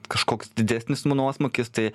kažkoks didesnis nuosmukis tai